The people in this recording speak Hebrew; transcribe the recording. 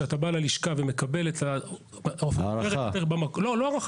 שאתה בא ללשכה ומקבל את הדרכון עצמו,